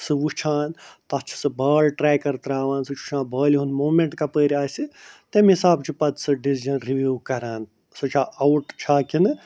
سُہ وُچھان تَتھ چھِ سُہ بال ٹریٚکَر تراوان سُہ چھِ وُچھان بَالہِ ہُنٛد مومیٚنٹ کَپٲرۍ آسہِ تٔمۍ حسابہٕ چھِ پتہٕ سُہ ڈِسیٖجَن رِوِوٗ کران سُہ چھا اَوُٹ چھا کِنہٕ